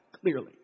clearly